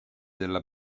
della